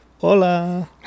hola